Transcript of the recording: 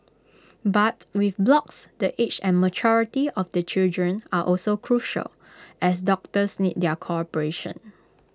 but with blocks the age and maturity of the children are also crucial as doctors need their cooperation